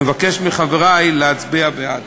אני מבקש מחברי להצביע בעד.